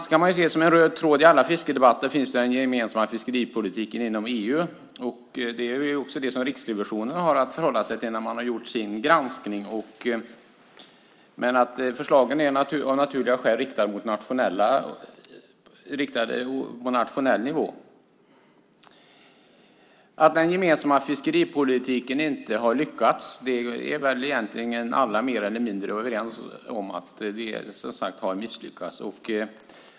Som en röd tråd finns i alla fiskedebatter den gemensamma fiskeripolitiken inom EU. Det är också den som Riksrevisionen haft att förhålla sig till när den gjort sin granskning. Av naturliga skäl är förslagen dock riktade mot åtgärder på nationell nivå. Att den gemensamma fiskeripolitiken inte har lyckats är nog alla mer eller mindre överens om.